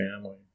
family